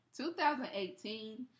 2018